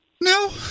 No